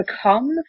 become